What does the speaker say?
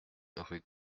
rue